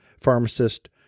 pharmacist